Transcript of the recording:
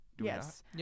Yes